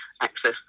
access